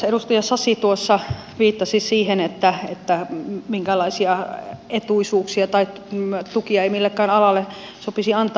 edustaja sasi tuossa viittasi siihen että minkäänlaisia etuisuuksia tai tukia ei millekään alalle sopisi antaa